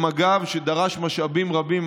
שדרש משאבים רבים,